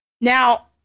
Now